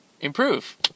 improve